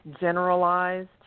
generalized